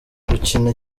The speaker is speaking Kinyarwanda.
gukina